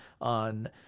on